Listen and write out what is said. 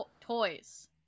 toys